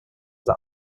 that